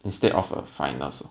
instead of a finals